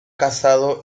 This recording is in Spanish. casado